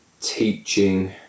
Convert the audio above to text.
teaching